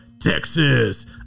Texas